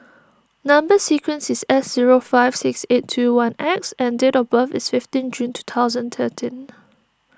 Number Sequence is S three zero five six eight two one X and date of birth is fifteen June two thousand thirteen